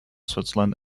switzerland